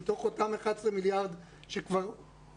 מתוך אותם 11 מיליארד שקלים שכבר הושמו.